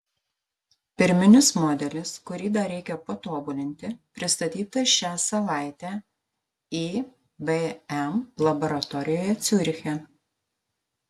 pirminis modelis kurį dar reikia patobulinti pristatytas šią savaitę ibm laboratorijoje ciuriche